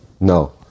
no